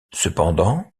cependant